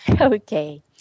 Okay